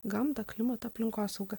gamtą klimatą aplinkosaugą